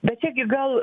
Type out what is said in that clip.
bet čia gi gal